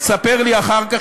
ספר לי אחר כך,